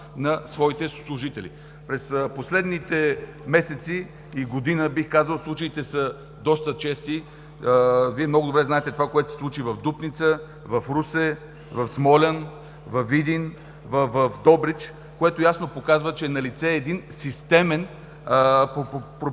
на своите служители. През последните месеци и година, бих казал, случаите са доста чести. Вие много добре знаете това, което се случи в Дупница, в Русе, в Смолян, във Видин, в Добрич, което ясно показва, че налице е един системен проблем.